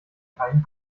keinen